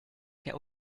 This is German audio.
der